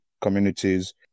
communities